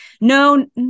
No